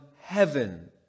heaven